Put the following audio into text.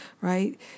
right